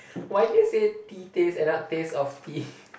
why do you say tea taste and not taste of tea